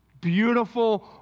Beautiful